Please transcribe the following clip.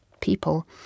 people